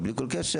אבל בלי כל קשר,